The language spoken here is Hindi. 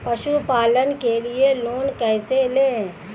पशुपालन के लिए लोन कैसे लें?